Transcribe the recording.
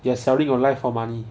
you are selling your life for money